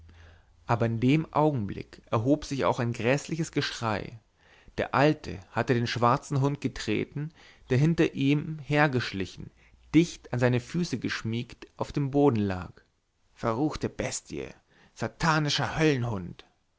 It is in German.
aber in dem augenblick erhob sich auch ein gräßliches geschrei der alte hatte den schwarzen hund getreten der hinter ihm hergeschlichen dicht an seine füße geschmiegt auf dem boden lag verruchte bestie satanischer höllenhund